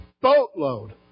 boatload